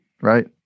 right